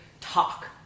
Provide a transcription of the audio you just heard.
talk